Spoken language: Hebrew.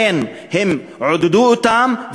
לכן הם עודדו אותם,